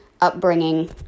upbringing